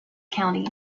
county